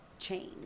change